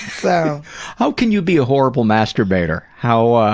so how can you be a horrible masturbator? how, ah,